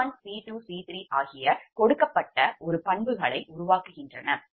𝐶1 𝐶2 𝐶3 ஆகிய கொடுக்கப்பட்ட ஒரு பண்புகளை உருவாக்குகின்றன